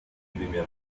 перемены